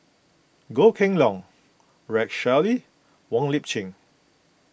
Goh Kheng Long Rex Shelley Wong Lip Chin